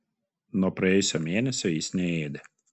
nuo praėjusio mėnesio jis neėdė